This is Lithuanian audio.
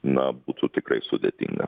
na būtų tikrai sudėtinga